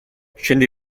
scendi